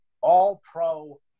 all-pro